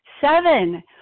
Seven